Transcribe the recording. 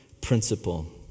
principle